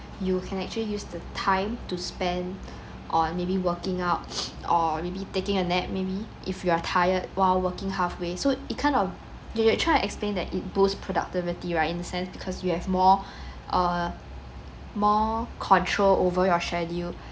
you can actually use the time to spend on maybe working out or maybe taking a nap maybe if you're tired while working halfway so it kind of you you you trying to explain that it boost productivity right in a sense because you have more uh more control over your schedule